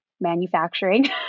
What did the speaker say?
manufacturing